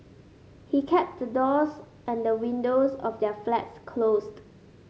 he kept the doors and windows of their flats closed